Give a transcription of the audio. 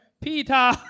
Peter